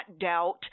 doubt